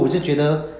ah